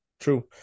true